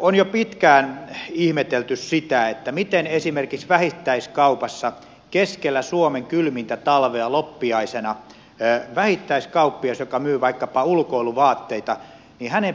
on jo pitkään ihmetelty sitä miten esimerkiksi vähittäiskaupassa keskellä suomen kylmintä talvea loppiaisena vähittäiskauppiaan joka myy vaikkapa ulkoiluvaatteita